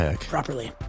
properly